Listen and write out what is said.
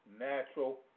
natural